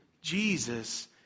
Jesus